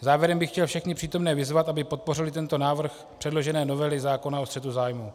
Závěrem bych chtěl všechny přítomné vyzvat, aby podpořili tento návrh předložené novely zákona o střetu zájmů.